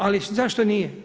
Ali zašto nije?